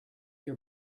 your